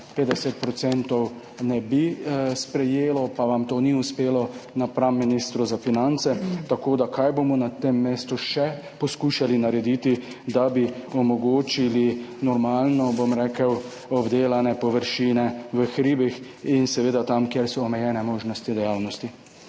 ne bi sprejelo, pa vam to ni uspelo nasproti ministru za finance. Kaj boste na tem mestu še poskušali narediti, da bi omogočili normalno obdelane površine v hribih in seveda tam, kjer so omejene možnosti dejavnosti?